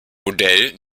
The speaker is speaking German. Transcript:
modell